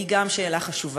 היא גם שאלה חשובה.